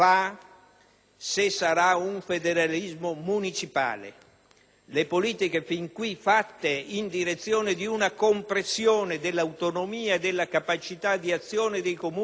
se sarà un federalismo municipale. Le politiche fin qui adottate in direzione di una compressione dell'autonomia e della capacità di azione dei Comuni